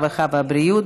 הרווחה והבריאות.